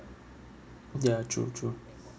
ya true true